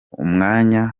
umwanya